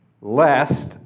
lest